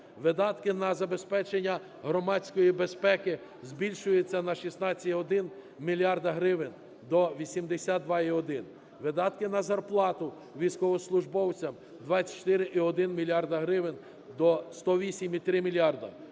Видатки на забезпечення громадської безпеки збільшується на 16,1 мільярда гривень до 82,1. Видатки на зарплату військовослужбовцям з 24,1 мільярда гривень до 108,3 мільярда.